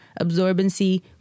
absorbency